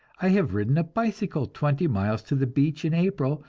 i have ridden a bicycle twenty miles to the beach in april,